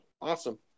Awesome